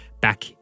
back